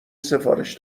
سفارش